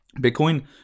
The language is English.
Bitcoin